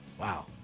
Wow